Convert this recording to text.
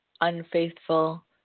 unfaithful